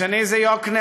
השני זה יוקנעם.